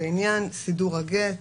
לעניין סידור הגט,